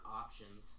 options